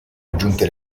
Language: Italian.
aggiunte